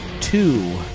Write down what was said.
two